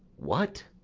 what,